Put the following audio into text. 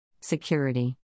Security